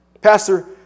Pastor